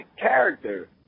character